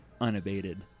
unabated